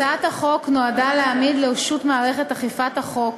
הצעת החוק נועדה להעמיד לרשות מערכת אכיפת החוק